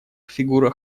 фигура